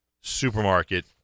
Supermarket